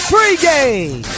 Pregame